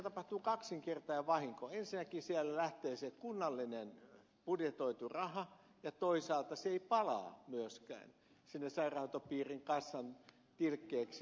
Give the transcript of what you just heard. ensinnäkin sieltä lähtee se kunnallinen budjetoitu raha ja toisaalta se ei palaa myöskään sinne sairaanhoitopiirin kassan tilkkeeksi